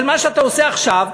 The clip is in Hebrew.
של מה שאתה עושה עכשיו,